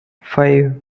five